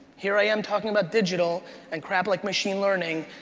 here i am talking about digital and crap like machine learning,